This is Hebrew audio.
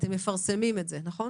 אתם מפרסמים את זה, נכון?